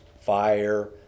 fire